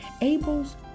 Abel's